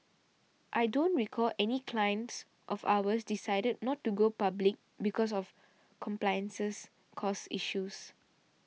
I don't recall any clients of ours decided not to go public because of compliances costs issues